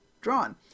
drawn